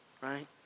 right